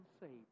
saved